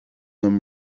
them